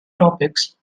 topics